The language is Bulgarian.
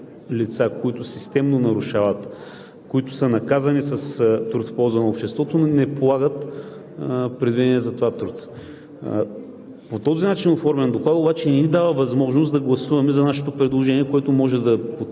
лица, които системно нарушават и които са наказани с труд в полза на обществото, не полагат предвидения за това труд. По този начин Докладът обаче не ни дава възможност да гласуваме за нашето предложение, което може да получи,